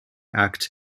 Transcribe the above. act